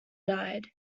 died